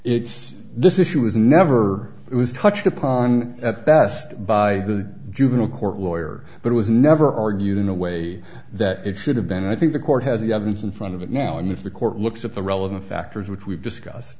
it's this issue was never it was touched upon at best by the juvenile court lawyer but it was never argued in a way that it should have been and i think the court has the evidence in front of it now and if the court looks at the relevant factors which we've discussed